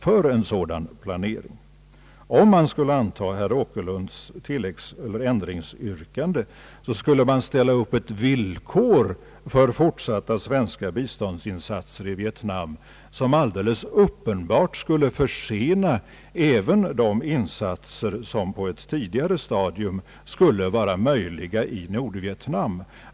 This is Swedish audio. Om herr Åkerlunds ändringsyrkande skulle antas måste man ställa upp villkor för fortsatta biståndsinsatser i Vietnam, som alldeles uppenbart skulle försena även de insatser som på ett tidigare stadium kunde vara möjliga i Nordvietnam.